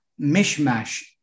mishmash